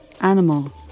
Animal